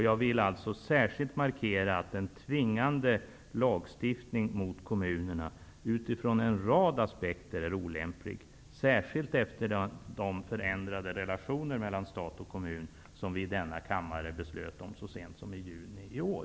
Jag vill särskilt markera att en för kommunerna tvingande lagstiftning är olämplig utifrån en rad aspekter, särskilt efter de förändrade relationer mellan stat och kommun som vi i denna kammare beslöt om så sent som i juni i år.